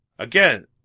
Again